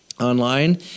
online